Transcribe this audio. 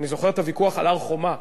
אני זוכר את הוויכוח על הר-חומה.